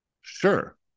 Sure